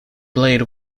blade